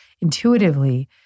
intuitively